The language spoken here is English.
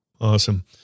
Awesome